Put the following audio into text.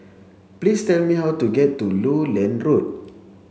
please tell me how to get to Lowland Road